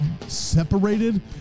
separated